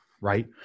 right